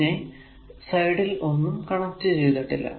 പിന്നെ ഈ സൈഡിൽ ഒന്നും കണക്ട് ഷെയ്തിട്ടില്ല